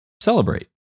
celebrate